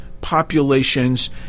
populations